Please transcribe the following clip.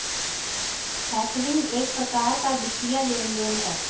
factoring एक प्रकार का वित्तीय लेन देन है